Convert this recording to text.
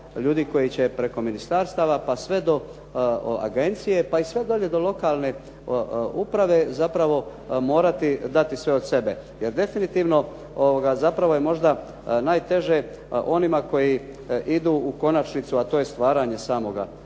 ljudi koji će preko ministarstava, pa sve do agencije, pa i sve dolje do lokalne uprave zapravo morati dati sve od sebe jer definitivno zapravo je možda najteže onima koji idu u konačnicu, a to je stvaranje samoga